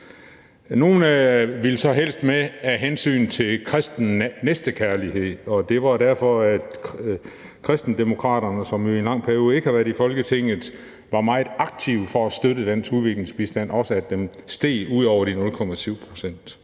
næstekærlighed; det var derfor, at Kristendemokraterne, som jo i en lang periode ikke har været i Folketinget, var meget aktive for at støtte dansk udviklingsbistand, og også at den steg ud over de 0,7